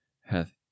hath